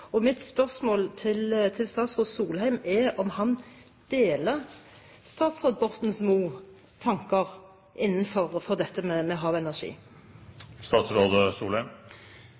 Mitt spørsmål til statsråd Solheim er om han deler statsråd Borten Moes tanker